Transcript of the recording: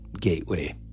gateway